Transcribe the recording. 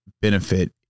benefit